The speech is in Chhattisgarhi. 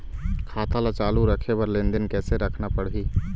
खाता ला चालू रखे बर लेनदेन कैसे रखना पड़ही?